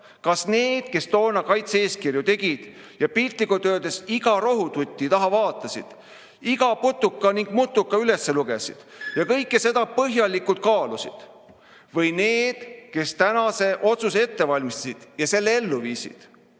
Kas need, kes toona kaitse-eeskirju tegid ja piltlikult öeldes iga rohututi taha vaatasid, iga putuka ning mutuka üles lugesid ja kõike seda põhjalikult kaalusid, või need, kes tänase otsuse ette valmistasid ja selle ellu viisid?